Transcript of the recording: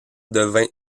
devint